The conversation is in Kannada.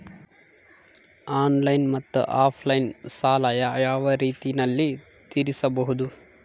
ಆನ್ಲೈನ್ ಮತ್ತೆ ಆಫ್ಲೈನ್ ಸಾಲ ಯಾವ ಯಾವ ರೇತಿನಲ್ಲಿ ತೇರಿಸಬಹುದು?